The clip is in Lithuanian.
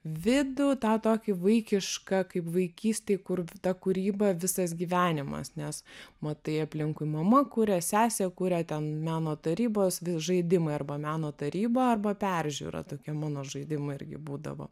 vidų tą tokį vaikišką kaip vaikystėj kur ta kūryba visas gyvenimas nes matai aplinkui mama kuria sesė kuria ten meno tarybos žaidimai arba meno taryba arba peržiūra tokia mano žaidimai irgi būdavo